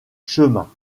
chemin